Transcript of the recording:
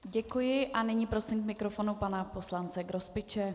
Děkuji a nyní prosím k mikrofonu pana poslance Grospiče.